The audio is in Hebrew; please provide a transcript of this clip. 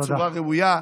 בצורה ראויה,